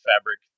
fabric